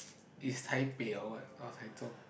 is Taipei or what or Taichung